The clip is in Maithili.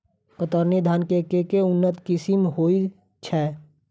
कतरनी धान केँ के उन्नत किसिम होइ छैय?